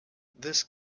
this